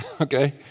Okay